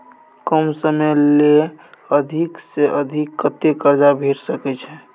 कम समय ले अधिक से अधिक कत्ते कर्जा भेट सकै छै?